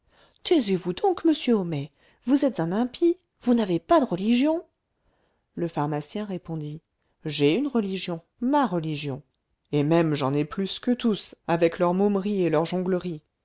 taisez-vous donc monsieur homais vous êtes un impie vous n'avez pas de religion le pharmacien répondit j'ai une religion ma religion et même j'en ai plus qu'eux tous avec leurs momeries et leurs jongleries